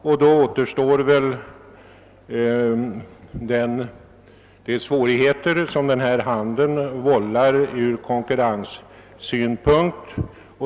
Då återstår de svårigheter som den här handeln vållar ur konkurrenssynpunkt.